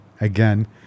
again